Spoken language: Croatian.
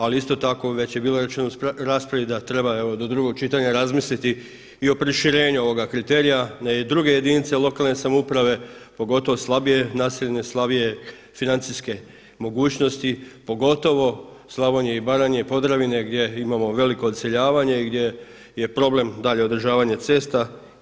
Ali isto tako već je bilo rečeno u raspravi da treba evo do drugog čitanja razmisliti i o proširenju ovoga kriterija na druge jedinice lokalne samouprave pogotovo slabije naseljene, slabije financijske mogućnosti pogotovo Slavonije i Baranje, Podravine gdje imamo veliko odseljavanje, gdje je problem dalje održavanje cesta.